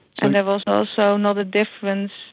sort of ah also not a difference